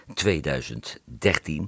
2013